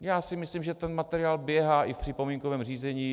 Já si myslím, že ten materiál běhá i v připomínkovém řízení.